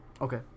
okay